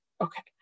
Okay